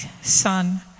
son